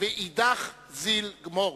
ואידך זיל גמור.